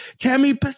Tammy